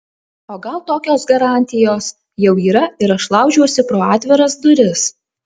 o gal tokios garantijos jau yra ir aš laužiuosi pro atviras duris